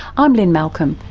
i'm lynne malcolm.